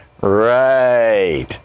Right